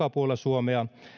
puolella suomea